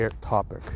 topic